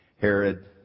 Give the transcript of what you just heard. Herod